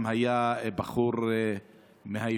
היה גם בחור מעראבה,